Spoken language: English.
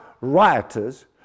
rioters